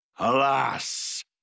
Alas